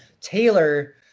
Taylor